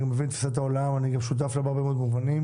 אני מבין את תפיסת העולם ואני גם שותף לה בהרבה מאוד מובנים.